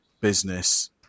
business